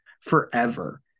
forever